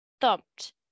thumped